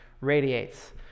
radiates